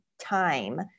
time